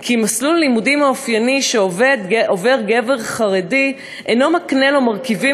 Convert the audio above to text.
כי "מסלול הלימודים האופייני שעובר גבר חרדי אינו מקנה לו מרכיבים